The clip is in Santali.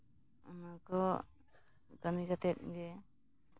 ᱚᱱᱟᱠᱚ ᱠᱟᱹᱢᱤ ᱠᱟᱛᱮᱫ ᱜᱮ